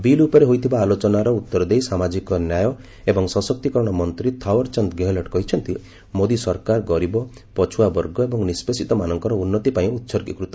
bill ଉପରେ ହୋଇଥିବା ଆଲୋଚନାର ଉତ୍ତର ଦେଇ ସାମାଜିକ ନ୍ୟାୟ ଏବଂ ସଶକ୍ତିକରଣ ମନ୍ତ୍ରୀ ଥାଓ୍ୱରଚାନ୍ଦ ଗେହେଲଟ୍ କହିଛନ୍ତି ମୋଦି ସରକାର ଗରିବ ପଛୁଆବର୍ଗ ଏବଂ ନିଷ୍ପେଷିତ ମାନଙ୍କର ଉନ୍ନତି ପାଇଁ ଉସର୍ଗୀକୃତ